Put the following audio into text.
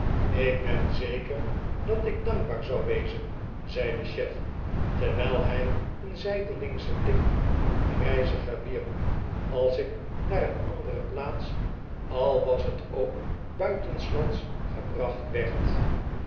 ik ben zeker dat ik dankbaar zou wezen zei de chef terwijl zij een zijdelingschen blik op den reiziger wierp als ik naar een andere plaats al was t ook buitenslands gebracht werd